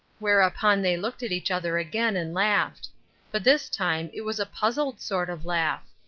whereupon they looked at each other again and laughed but this time it was a puzzled sort of laugh.